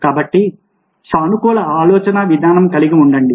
కాబట్టి సానుకూల ఆలోచనా విధానం కలిగి ఉండండి